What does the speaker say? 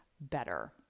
better